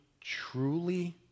truly